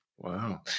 Wow